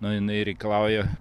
na jinai reikalauja